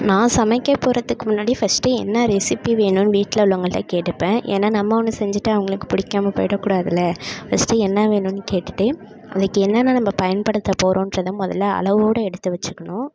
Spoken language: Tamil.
நான் சமைக்கப் போகறதுக்கு முன்னாடி ஃபர்ஸ்ட்டு என்ன ரெசிபி வேணும்னு வீட்டில் உள்ளவங்கள்கிட்ட கேட்டுப்பேன் ஏன்னா நம்ம ஒன்று செஞ்சிவிட்டு அவங்களுக்கு பிடிக்காம போய்விட கூடாதுல்ல ஃபர்ஸ்ட்டு என்ன வேணும்னு கேட்டுகிட்டு அதுக்கு என்னென்ன நம்ம பயன்படுத்த போகறோம்ன்றத முதல்ல அளவோட எடுத்து வச்சுக்கணும்